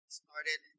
started